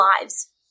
lives